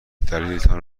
دلیلتان